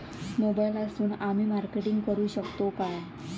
मोबाईलातसून आमी मार्केटिंग करूक शकतू काय?